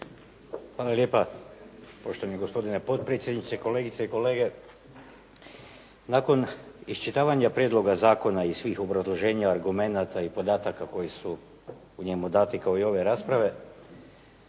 Hvala lijepa poštovani gospodine potpredsjedniče, kolegice i kolege. Nakon iščitavanja prijedloga zakona i svih obrazloženja argumenata i podataka koji su u njemu dati kao i ove rasprave